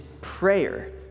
prayer